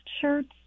shirts